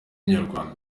inyarwanda